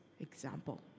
example